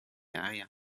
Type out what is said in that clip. area